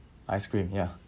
ice cream ya